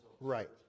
right